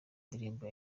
n’indirimbo